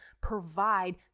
provide